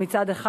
מצד אחד.